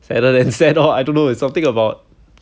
sadder than sad lor I don't know it's something about